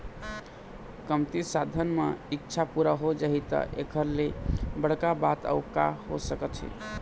कमती साधन म इच्छा पूरा हो जाही त एखर ले बड़का बात अउ का हो सकत हे